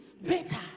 better